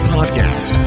Podcast